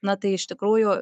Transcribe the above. na tai iš tikrųjų